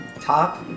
top